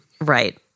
Right